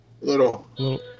little